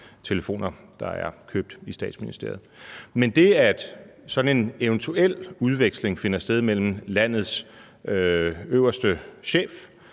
telefoner der er købt i Statsministeriet. Men sådan en eventuel udveksling finder sted mellem landets øverste chef